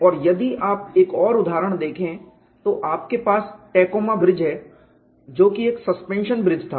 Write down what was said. और यदि आप एक और उदाहरण देखें तो आपके पास टैकोमा ब्रिज है जो कि एक सस्पेंशन ब्रिज था